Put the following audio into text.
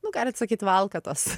nu galit sakyt valkatos